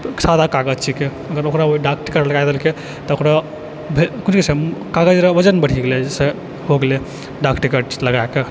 सादा कागज छिकै ओकरा ओ डाकटिकट लगा देलकै तऽ ओकरो कुछ नहि छै कागज रहै ओकर वजन बढ़ि गेलै जाहिसँ हो गेलै डाक टिकट लगाकऽ